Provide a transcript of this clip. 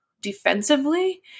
defensively